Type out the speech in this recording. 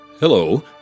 Hello